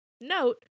Note